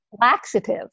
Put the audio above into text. laxative